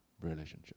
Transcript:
relationship